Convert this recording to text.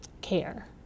care